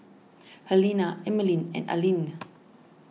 Helena Emeline and Aline